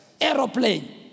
aeroplane